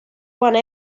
one